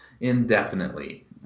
indefinitely